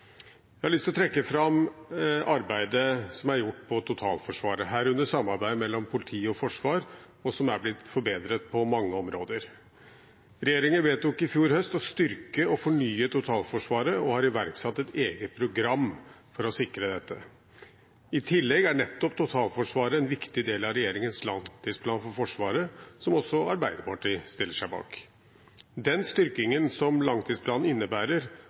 Jeg har lyst til å trekke fram arbeidet som er gjort når det gjelder totalforsvaret, herunder samarbeidet mellom politi og forsvar, og som er blitt forbedret på mange områder. Regjeringen vedtok i fjor høst å styrke og fornye totalforsvaret og har iverksatt et eget program for å sikre dette. I tillegg er nettopp totalforsvaret en viktig del av regjeringens langtidsplan for Forsvaret, som også Arbeiderpartiet stiller seg bak. Den styrkingen som langtidsplanen innebærer,